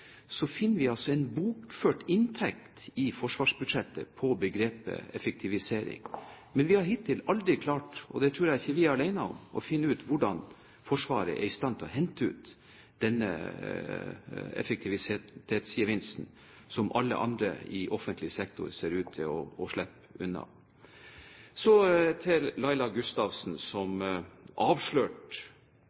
finner vi altså en bokført inntekt i forsvarsbudsjettet under begrepet «effektivisering». Men vi har hittil aldri klart – og det tror jeg ikke vi er alene om – å finne ut hvordan Forsvaret er i stand til å hente ut denne effektiviseringsgevinsten, som alle andre i offentlig sektor ser ut til å slippe unna. Så til Laila Gustavsen, som avslørte